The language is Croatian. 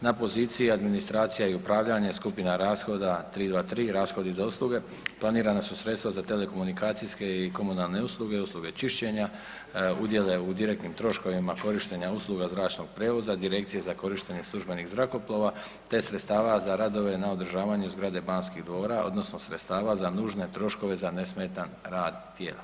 Na poziciji administracija i upravljanje, skupina rashoda 323, rashodi za usluge, planirana su sredstva za telekomunikacijske i komunalne usluge, usluge čišćenja, udjele u direktnim troškovima korištenja usluga zračnog prijevoza, direkcije za korištenje službenih zrakoplova te sredstava za radove na održavanju zgrade Banskih dvora odnosno sredstava za nužne troškove za nesmetan rad tijela.